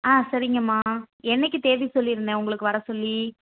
ஆ சரிங்கம்மா என்னைக்கு தேதி சொல்லியிருந்தேன் உங்களுக்கு வரச்சொல்லி